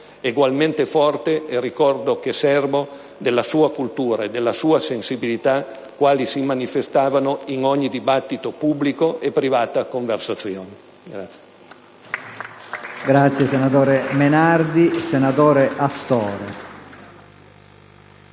Egualmente forte è il ricordo che serbo della sua cultura e della sua sensibilità quali si manifestavano in ogni dibattito pubblico e privata conversazione».